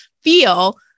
feel